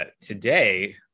Today